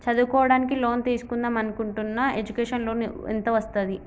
చదువుకోవడానికి లోన్ తీస్కుందాం అనుకుంటున్నా ఎడ్యుకేషన్ లోన్ ఎంత వస్తది?